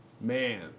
man